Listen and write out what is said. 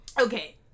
Okay